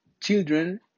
Children